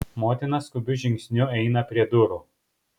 motina skubiu žingsniu eina prie durų